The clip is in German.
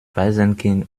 waisenkind